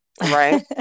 Right